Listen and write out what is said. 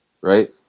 Right